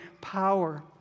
power